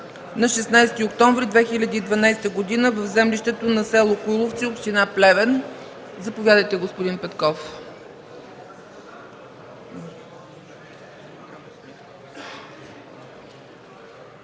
на 16 октомври 2012 г. в землището на село Коиловци, община Плевен. Заповядайте, господин Петков.